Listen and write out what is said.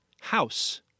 House